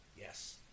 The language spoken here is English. Yes